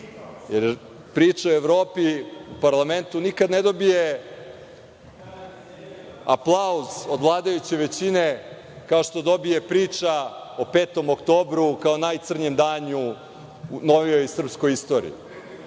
jer priča o Evropi u parlamentu nikad ne dobije aplauz od vladajuće većine kao što dobije priča o 5. oktobru kao o najcrnjem danu u novijoj srpskoj istoriji. Celo